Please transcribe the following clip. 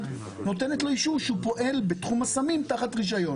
נותנת לו אישור שהוא פועל בתחום הסמים תחת רישיון.